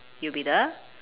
you be the